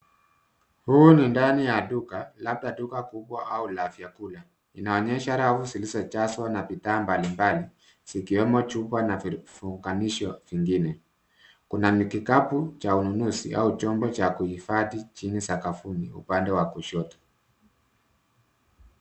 Hii ni ndani ya duka, labda duka kubwa au la vyakula Inaonyesha rafu zilizojazwa na bidhaa mbalimbali zikiwemo chupa na vinganisho vingine. Kuna kikapu cha ununuzi au chombo cha kuhifadhi chini sakafuni upande wa kushoto.